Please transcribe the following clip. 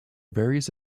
various